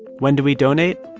when do we donate?